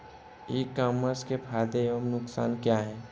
ई commerce के फायदे एवं नुकसान क्या हैं?